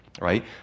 right